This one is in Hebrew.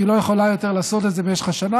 היא לא יכולה יותר לעשות את זה במשך השנה,